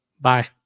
Bye